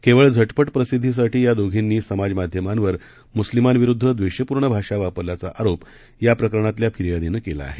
केवळ झटपट प्रसिद्वीसाठी या दोघींनी समाजमाध्यमांवर मुस्लीमांविरुद्ध द्वेषपूर्ण भाषा वापरल्याचा आरोप या प्रकरणातल्या फिर्यादीनं केला आहे